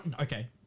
okay